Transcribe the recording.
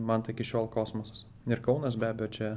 man tai iki šiol kosmosas ir kaunas be abejo čia